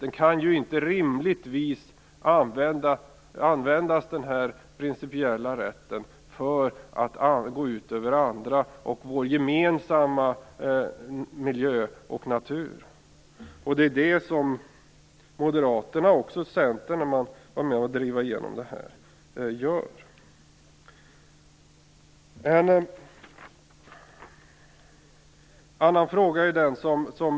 Den här principiella rätten kan rimligen inte utnyttjas så att det hela går ut över andra och över vår gemensamma miljö och natur. Detta bidrar Moderaterna, och även Centern, till i och med att man är med om att driva igenom det här.